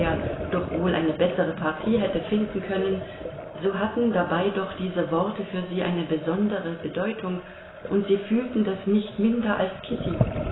doch wohl eine bessere partie hätte finden können so hatten dabei doch diese worte für sie eine besondere bedeutung und sie fühlten das nicht minder als kitty